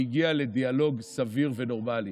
והגיע לדיאלוג סביר ונורמלי,